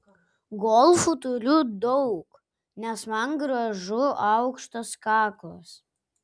golfų turiu daug nes man gražu aukštas kaklas